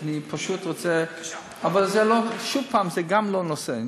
שוב, גם זה לא הנושא.